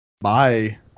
Bye